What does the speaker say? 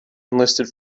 enlisted